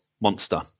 monster